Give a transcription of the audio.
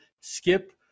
Skip